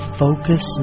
focus